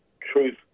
truth